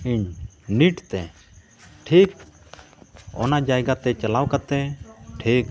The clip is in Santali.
ᱤᱧ ᱱᱤᱛ ᱛᱮ ᱴᱷᱤᱠ ᱚᱱᱟ ᱡᱟᱭᱜᱟ ᱛᱮ ᱪᱟᱞᱟᱣ ᱠᱟᱛᱮᱫ ᱴᱷᱤᱠ